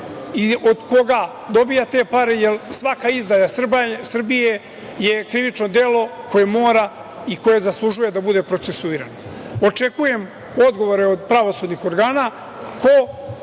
i od koga dobija te pare, jer svaka izdaja Srbije je krivično delo koje mora i koje zaslužuje da bude procesuirano? Očekujem odgovore od pravosudnih organa,